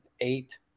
eight